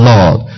Lord